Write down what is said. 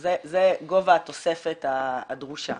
זה גובה התוספת הדרושה.